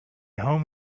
home